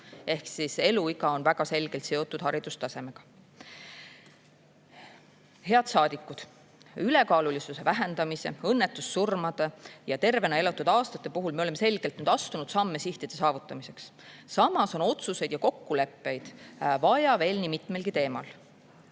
ehk siis eluiga on väga selgelt seotud haridustasemega. Head saadikud! Ülekaalulisuse vähendamise, õnnetussurmade ja tervena elatud aastate puhul me oleme selgelt astunud samme sihtide saavutamiseks. Samas on otsuseid ja kokkuleppeid vaja veel nii mitmelgi teemal.